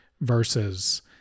versus